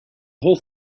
whole